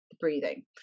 breathing